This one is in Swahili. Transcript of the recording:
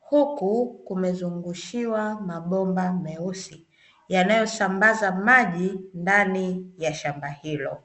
,huku kumezungushiwa mabomba meusi yanayosambaza maji ndani ya shamba hilo.